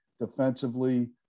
defensively